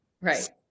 Right